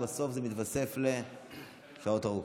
ובסוף זה מתווסף לשעות ארוכות.